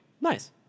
Nice